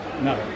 No